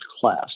class